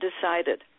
decided